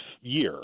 year